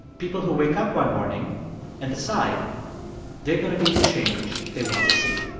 people who wake up one morning and decide they're going to be the change they want to see